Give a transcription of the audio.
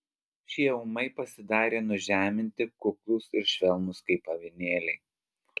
šie ūmai pasidarė nužeminti kuklūs ir švelnūs kaip avinėliai